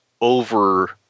over